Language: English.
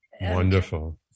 wonderful